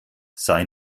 sei